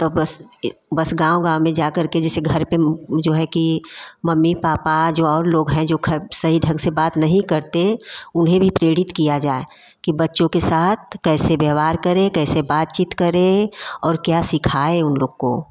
तो बस बस गाँव गाँव में जा करके जैसे घर पे जो है कि मम्मी पापा जो और लोग हैं जो ख सही ढंग से बात नहीं करते उन्हें भी प्रेरित किया जाए कि बच्चों के साथ कैसे व्यवहार करें कैसे बातचीत करें और क्या सिखाए उन लोग को